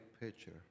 picture